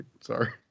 Sorry